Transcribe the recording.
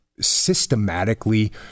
systematically